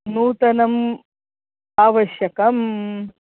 नूतनम् आवश्यकं